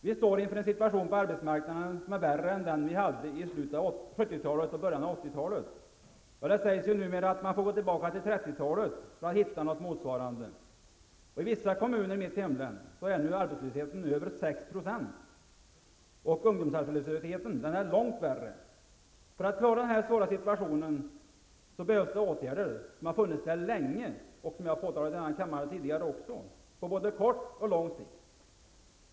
Vi står inför en situation på arbetsmarknaden som är värre än den vi hade i slutet av 1970-talet och början av 1980-talet. Ja, det sägs ju numera att man får gå tillbaka till 1930-talet för att hitta något motsvarande. I vissa kommuner i mitt hemlän är nu arbetslösheten över 6 %, och ungdomsarbetslösheten är långt värre. För att klara denna svåra situation behövs åtgärder -- behoven har funnits där länge, något som jag påpekat tidigare i denna kammare -- på både kort och lång sikt.